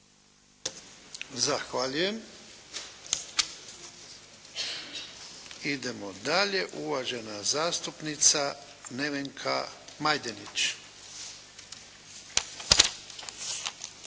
Zahvaljujem. Idemo dalje. Uvažena zastupnica Nevenka Majdenić.